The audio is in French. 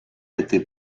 été